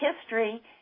history